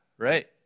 Right